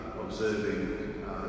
observing